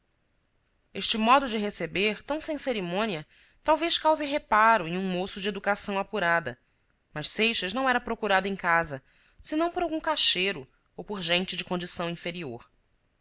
este modo de receber tão sem cerimônia talvez cause reparo em um moço de educação apurada mas seixas não era procurado em casa senão por algum caixeiro ou por gente de condição inferior